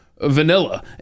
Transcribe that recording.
vanilla